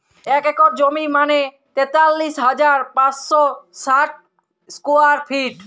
এক একর জমি মানে তেতাল্লিশ হাজার পাঁচশ ষাট স্কোয়ার ফিট